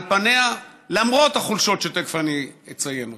על פניה, למרות החולשות, שתכף אציין אותן.